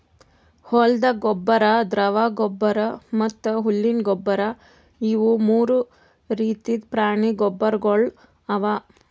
ಹೊಲ್ದ ಗೊಬ್ಬರ್, ದ್ರವ ಗೊಬ್ಬರ್ ಮತ್ತ್ ಹುಲ್ಲಿನ ಗೊಬ್ಬರ್ ಇವು ಮೂರು ರೀತಿದ್ ಪ್ರಾಣಿ ಗೊಬ್ಬರ್ಗೊಳ್ ಅವಾ